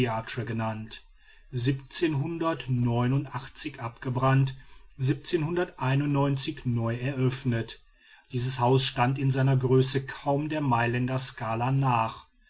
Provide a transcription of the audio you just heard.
genannt abgebrannt neu eröffnet dieses haus stand in seiner größe kaum der mailänder scala nach